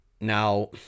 now